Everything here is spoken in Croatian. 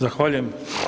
Zahvaljujem.